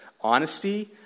honesty